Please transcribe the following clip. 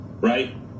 Right